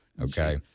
okay